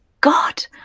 God